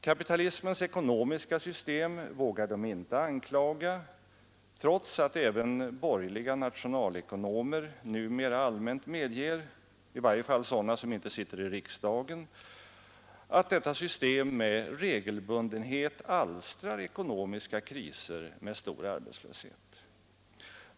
Kapitalismens ekonomiska system vågar de inte anklaga, trots att även borgerliga nationalekonomer numera allmänt medger — i varje fall sådana som inte sitter i riksdagen — att detta system med regelbundenhet alstrar ekonomiska kriser med stor arbetslöshet.